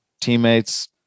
teammates